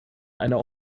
einer